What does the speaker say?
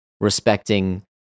respecting